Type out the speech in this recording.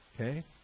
Okay